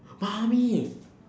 mamee